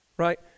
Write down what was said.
right